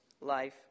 life